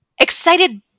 excited